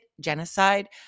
genocide